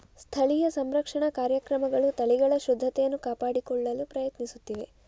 ಸ್ಥಳೀಯ ಸಂರಕ್ಷಣಾ ಕಾರ್ಯಕ್ರಮಗಳು ತಳಿಗಳ ಶುದ್ಧತೆಯನ್ನು ಕಾಪಾಡಿಕೊಳ್ಳಲು ಪ್ರಯತ್ನಿಸುತ್ತಿವೆ